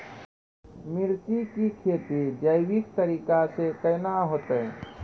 मिर्ची की खेती जैविक तरीका से के ना होते?